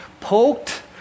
poked